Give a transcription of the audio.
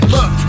Look